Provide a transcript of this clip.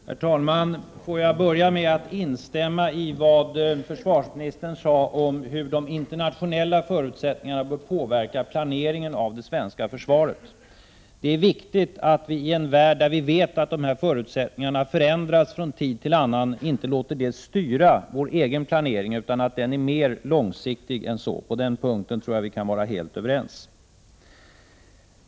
Herr talman! Får jag börja med att instämma i vad försvarsministern sade om hur de internationella förutsättningarna bör påverka planeringen av det svenska försvaret. I en värld där vi vet att dessa förutsättningar förändras från tid till annan är det viktigt att vi inte låter detta styra vår egen planering utan att den är mer långsiktig än så. På den punkten tror jag att vi kan vara helt överens.